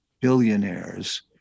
billionaires